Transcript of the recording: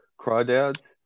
Crawdads